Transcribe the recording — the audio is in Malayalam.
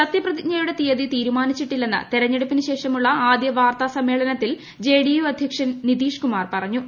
സത്യപ്രതിജ്ഞയുടെ തീയതി തീരുമാനിച്ചിട്ടില്ലെന്ന് തെരഞ്ഞെടുപ്പിനു ശേഷമുള്ള ആദ്യവാർത്താസമ്മേളനത്തിൽ ജെഡിയു അദ്ധ്യക്ഷൻ നിതീഷ്കുമാർ പറഞ്ഞു